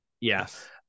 Yes